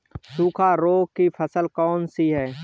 सूखा रोग की फसल कौन सी है?